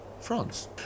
France